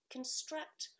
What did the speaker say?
construct